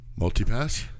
Multipass